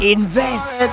Invest